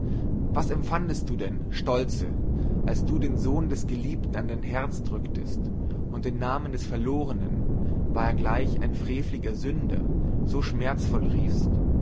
was empfandest du denn stolze als du den sohn des geliebten an dein herz drücktest und den namen des verlorenen war er gleich ein freveliger sünder so schmerzvoll riefst